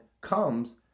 comes